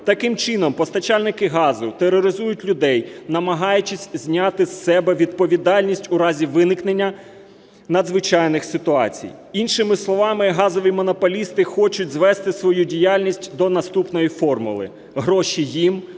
Таким чином постачальники газу тероризують людей, намагаючись зняти з себе відповідальність у разі виникнення надзвичайних ситуацій. Іншими словами газові монополісти хочуть звести свою діяльність до наступної формули: гроші – їм,